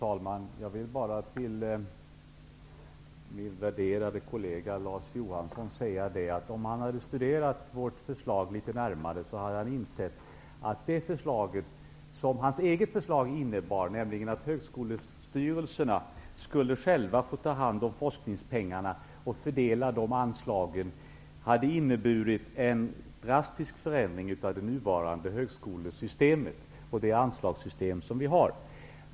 Herr talman! Jag vill bara till min värderade kollega Larz Johansson säga att om han hade studerat vårt förslag litet närmare hade han insett att hans eget förslag -- att högskolestyrelserna själva skulle få ta hand om forskningspengarna och fördela anslagen -- skulle innebära en drastisk förändring av det nuvarande högskolesystemet och anslagssystemet.